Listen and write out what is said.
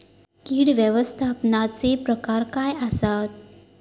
कीड व्यवस्थापनाचे प्रकार काय आसत?